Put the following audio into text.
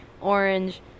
orange